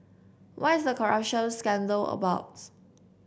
what is the corruption scandal about